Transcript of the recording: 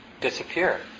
disappear